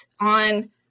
on